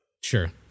sure